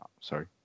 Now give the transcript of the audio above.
Sorry